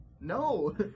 No